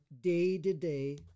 day-to-day